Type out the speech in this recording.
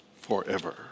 forever